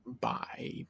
Bye